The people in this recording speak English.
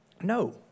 No